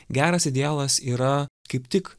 geras idealas yra kaip tik